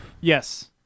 Yes